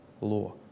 law